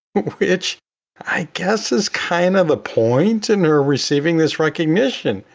which i guess is kind of a point in her receiving this recognition,